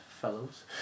fellows